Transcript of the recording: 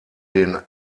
den